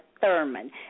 Thurman